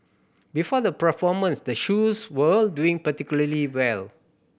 before the performance the shoes were doing particularly well